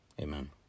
Amen